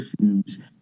issues